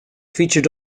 featured